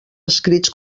escrits